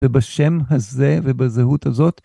ובשם הזה ובזהות הזאת.